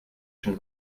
schon